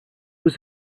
was